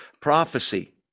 prophecy